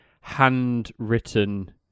handwritten